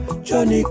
Johnny